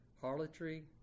harlotry